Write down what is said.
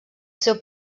seu